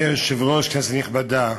אדוני היושב-ראש, כנסת נכבדה,